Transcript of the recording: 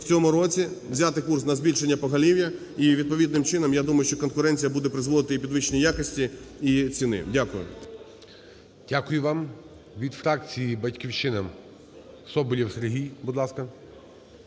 в цьому році взяти курс на збільшення поголів'я і відповідним чином, я думаю, що конкуренція буде призводити і підвищення якості, і ціни. Дякую. ГОЛОВУЮЧИЙ. Дякую вам. Від фракції "Батьківщина" – Соболєв Сергій. Будь ласка.